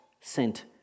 sent